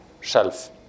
shelf